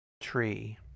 Tree